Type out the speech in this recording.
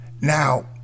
Now